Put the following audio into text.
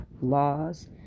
laws